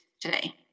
today